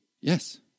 Yes